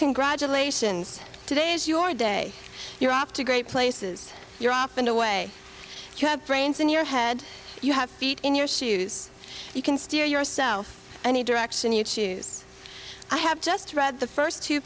congratulations today is your day you're off to great places you're off and away you have brains in your head you have feet in your shoes you can steer yourself any direction you choose i have just read the first two